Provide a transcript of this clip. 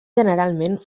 generalment